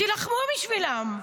תילחמו בשבילם.